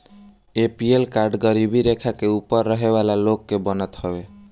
APL card गरीबी रेखा के ऊपर रहे वाला लोग के बनत हवे